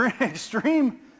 Extreme